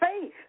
faith